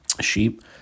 sheep